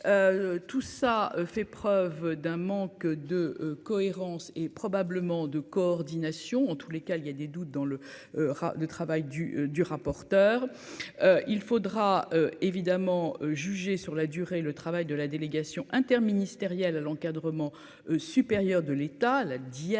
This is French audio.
tout ça fait preuve d'un manque de cohérence et probablement de coordination en tous les cas, il y a des doutes dans le cas du travail du du rapporteur, il faudra évidemment juger sur la durée, le travail de la délégation interministérielle à l'encadrement supérieur de l'État la dièse